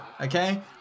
okay